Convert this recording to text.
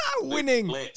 Winning